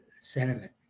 sentiment